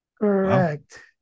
Correct